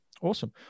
Awesome